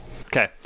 okay